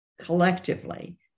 collectively